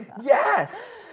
yes